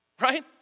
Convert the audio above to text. right